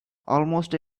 almost